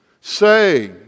Say